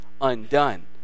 undone